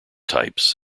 types